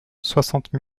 soixante